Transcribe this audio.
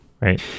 right